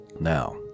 Now